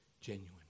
genuine